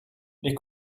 les